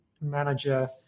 manager